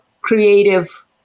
creative